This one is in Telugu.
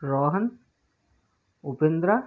రోహన్ ఉపేంద్ర